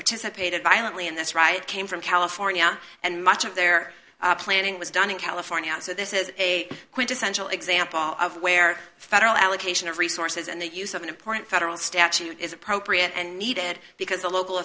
participated violently in this riot came from california and much of their planning was done in california so this is a quintessential example of where federal allocation of resources and the use of an important federal statute is appropriate and needed because the local